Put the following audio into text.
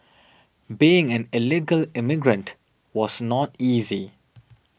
being an illegal immigrant was not easy